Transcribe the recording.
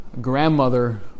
grandmother